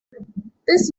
this